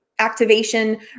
activation